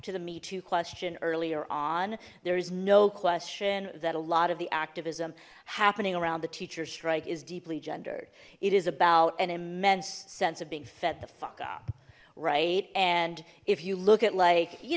to the me to question earlier on there is no question that a lot of the activism happening around the teacher strike is deeply gendered it is about an immense sense of being fed the fuck up right and if you look at like you